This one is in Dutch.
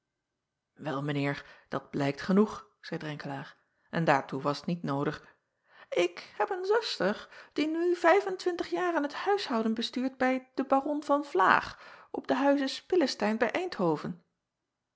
el mijn eer dat blijkt genoeg zeî renkelaer en daartoe was t niet noodig k heb een zuster die nu vijf-en-twintig jaren het huishouden bestuurt bij den aron van laag op den